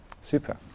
Super